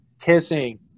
kissing